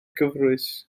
gyfrwys